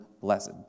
blessed